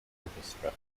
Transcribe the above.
orchestra